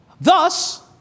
Thus